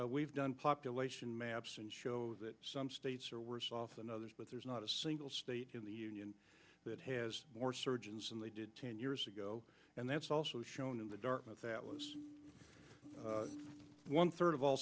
today we've done population maps and show that some states are worse off than others but there's not a single state in the union that has more surgeons and they did ten years ago and that's also shown in the dartmouth that was one third of all